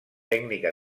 tècnica